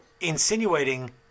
insinuating